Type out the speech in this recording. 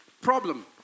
problem